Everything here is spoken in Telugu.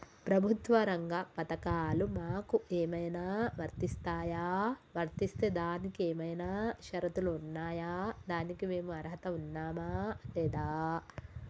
ప్రభుత్వ రంగ పథకాలు మాకు ఏమైనా వర్తిస్తాయా? వర్తిస్తే దానికి ఏమైనా షరతులు ఉన్నాయా? దానికి మేము అర్హత ఉన్నామా లేదా?